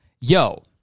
yo